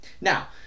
Now